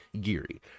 Geary